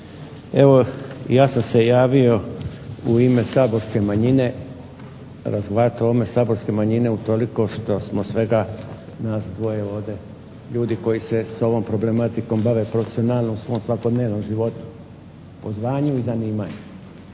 Evo ja sam se javio u ime saborske manjine razgovarat o ovom, saborske manjine utoliko što smo svega nas dvoje ovdje ljudi koji se s ovom problematikom bave profesionalno, u svom svakodnevnom životu, o znanju i zanimanju.